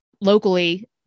locally